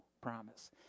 promise